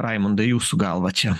raimunai jūsų galva čia